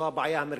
זו הבעיה המרכזית.